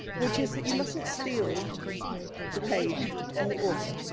which is that you mustn't steal the page from the author.